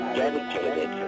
dedicated